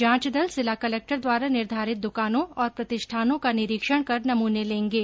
जांच दल जिला कलेक्टर द्वारा निर्धारित दुकानों और प्रतिष्ठानों का निरीक्षण कर नमूने लेंगे